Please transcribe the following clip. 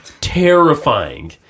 terrifying